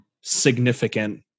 significant